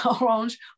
Orange